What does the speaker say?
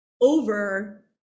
over